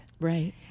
Right